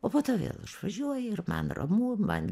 o po to vėl išvažiuoja ir man ramu man